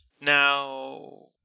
Now